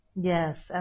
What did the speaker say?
Yes